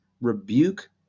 rebuke